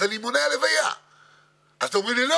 חלפו והעובדים רצו ביטחון תעסוקתי.